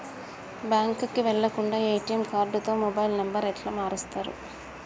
బ్యాంకుకి వెళ్లకుండా ఎ.టి.ఎమ్ కార్డుతో మొబైల్ నంబర్ ఎట్ల మారుస్తరు?